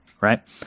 right